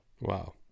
Wow